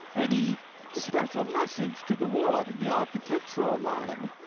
any special message to the world, in the architectural line.